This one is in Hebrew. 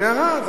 זה ירד.